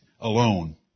alone